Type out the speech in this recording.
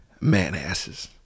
man-asses